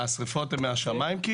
מה, השריפות הן מהשמיים?